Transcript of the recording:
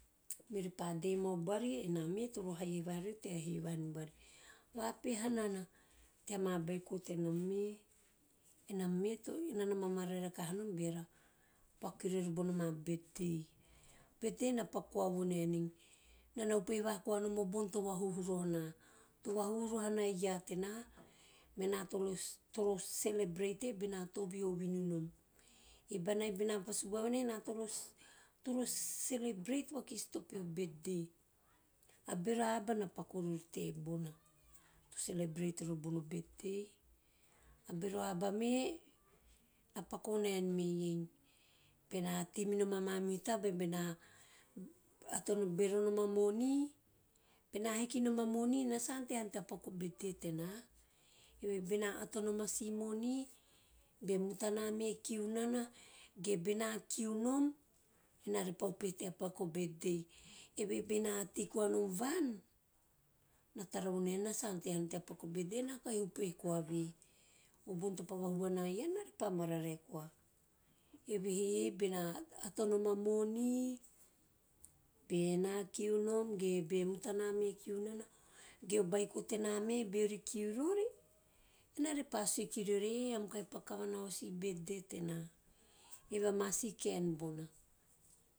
Meori pa de mau bari ena me toro haihai vaha rivi tea he vaha nibavi ena me toro haihai vaha riovi tea he vaha uibavi vapeha nana teama beiko tenam me, enam me toro, ena na mamararae rakanom beava paku kiriori bona ma birthday. O birthday va paku koa vo naenei enana upehe vaha kaonom o bon to vahuhhu roho na, to vahuhu voho ana he iaa tena mena toro celebrate e beua tovihi o vinu nom. Ei bauae bena pa sabuava venei ena toro celebrate vakis to peho birthday a beho a aba to paku vovori tebona to celebrate vori bon betdei, a bevo aba me na paku vonem me iei bena tei minom a mamihu taba bena ato bevo ni nom a moni, bena hikinom a moni ena sa ante hanom tea paku o betdei tena. Eve he bena atonom a si moni, be mutana be kiu nana ge bena kiu nom ena vepa upehe tea paku o betdei. Evehe bena tei koanom van? Na tara vo nen ena sa ante hanom tea paku o betdei ena kahi upehe koa ve, o bon topa vahuhu vane e iaa ena repa mavavae koa. Evehe bena atonom a moni, be ena kiu nom ge be mutana kiu nana ge o beiko tena me beori kiu rovi ena vepa sue kiriori eeh eam kahi paku kavana o si betdei tena, eve ana si kaen bona.